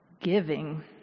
Giving